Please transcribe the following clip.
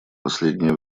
последнее